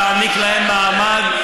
להעניק להם מעמד,